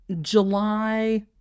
July